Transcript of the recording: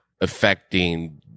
affecting